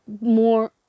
more